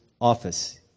office